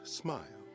smile